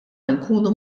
nkunu